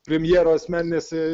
premjero asmeninės